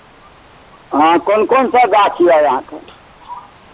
हँ कोन कोन सा गाछ यए अहाँकेँ